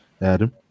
Adam